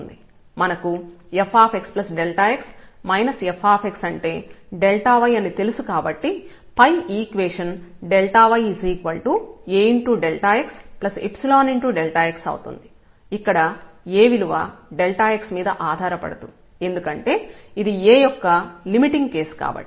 మనకు fxx fx అంటే y అని తెలుసు కాబట్టి పై ఈక్వేషన్ y AxϵΔx అవుతుంది ఇక్కడ A విలువ x మీద ఆధారపడదు ఎందుకంటే ఇది A యొక్క లిమిటింగ్ కేస్ కాబట్టి